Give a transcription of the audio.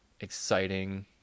exciting